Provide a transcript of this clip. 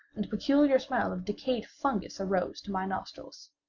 and the peculiar smell of decayed fungus arose to my nostrils.